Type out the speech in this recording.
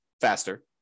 faster